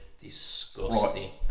disgusting